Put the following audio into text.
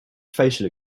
facial